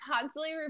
constantly